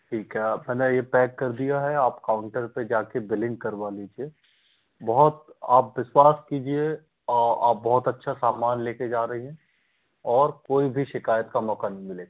ठीक है आप है ना ये पैक कर दिया है आप काउंटर पर जा कर बिलिंग करवा लीजिए बहुत आप विश्वास कीजिए आप बहुत अच्छा सामान ले कर जा रही हैं और कोई भी शिकायत का मोक़ा नहीं मिलेगा